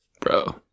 Bro